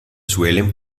suelen